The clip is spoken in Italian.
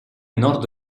nord